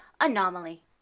Anomaly